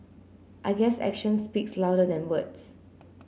I guess action speaks louder than words